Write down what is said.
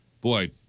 Boy